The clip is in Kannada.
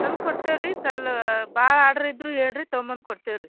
ತಂದು ಕೊಡ್ತೀವಿ ರೀ ಸಲ್ ಭಾಳ ಆರ್ಡ್ರ್ ಇದ್ದರೂ ಹೇಳಿರಿ ತೊಂಬಂದು ಕೊಡ್ತೀವಿ ರೀ